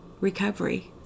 recovery